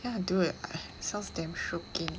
yeah dude sounds damn shooking